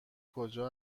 کجا